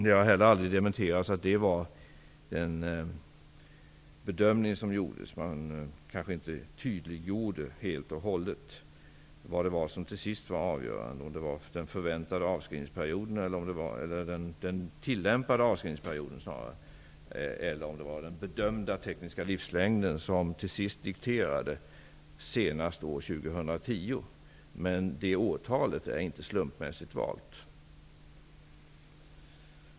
Det har heller aldrig dementerats att det var den bedömning som gjordes, men man kanske inte tydliggjorde helt och hållet vad det var som till sist var avgörande, om det var den tillämpade avskrivningsperioden eller om det var den bedömda tekniska livslängden som dikterade tidpunkten senast år 2010. Det årtalet är dock inte slumpmässigt valt.